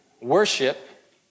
worship